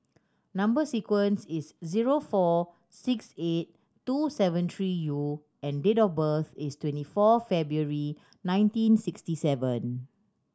number sequence is T zero four six eight two seven three U and date of birth is twenty four February nineteen sixty seven